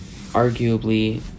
arguably